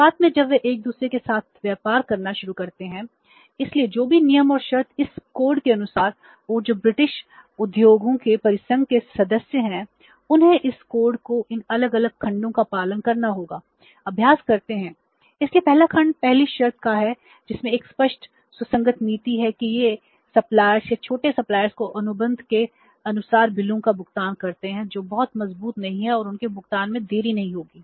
शुरुआत में जब वे एक दूसरे के साथ व्यापार करना शुरू करते हैं इसलिए जो भी नियम और शर्तें इस कोड को अनुबंध के अनुसार बिलों का भुगतान करता है जो बहुत मजबूत नहीं हैं और उनके भुगतान में देरी नहीं होगी